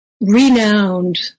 renowned